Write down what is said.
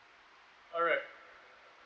alright